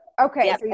Okay